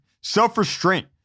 self-restraint